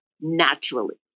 naturally